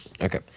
Okay